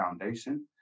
foundation